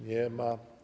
Nie ma.